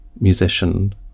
musician